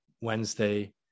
Wednesday